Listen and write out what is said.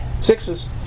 Sixes